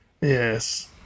Yes